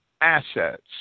assets